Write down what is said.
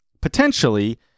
potentially